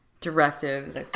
Directives